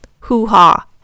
hoo-ha